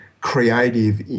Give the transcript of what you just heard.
creative